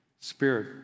spirit